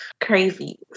crazy